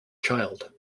child